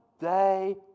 day